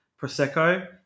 Prosecco